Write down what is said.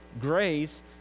grace